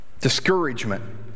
Discouragement